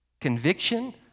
Conviction